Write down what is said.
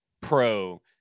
pro